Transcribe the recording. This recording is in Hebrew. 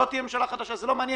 לא תהיה ממשלה חדשה זה לא מעניין.